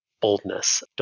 boldness